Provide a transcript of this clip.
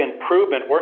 improvement